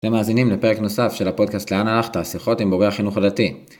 למאזינים לפרק נוסף של הפודקאסט לאן הלכת? שיחות עם מורי החינוך הדתי.